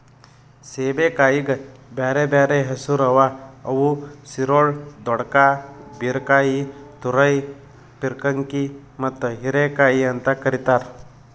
ಸೇಬೆಕಾಯಿಗ್ ಬ್ಯಾರೆ ಬ್ಯಾರೆ ಹೆಸುರ್ ಅವಾ ಅವು ಸಿರೊಳ್, ದೊಡ್ಕಾ, ಬೀರಕಾಯಿ, ತುರೈ, ಪೀರ್ಕಂಕಿ ಮತ್ತ ಹೀರೆಕಾಯಿ ಅಂತ್ ಕರಿತಾರ್